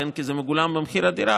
כי זה מגולם במחיר הדירה,